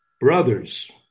brothers